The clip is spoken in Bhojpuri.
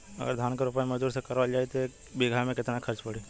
अगर धान क रोपाई मजदूर से करावल जाई त एक बिघा में कितना खर्च पड़ी?